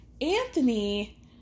Anthony